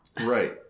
Right